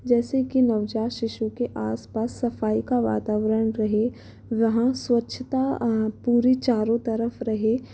जैसे कि नवजात शिशु के आस पास सफ़ाई का वातावरण रहे वहाँ स्वच्छता पूरी चारों तरफ रहे